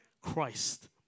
Christ